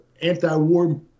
anti-war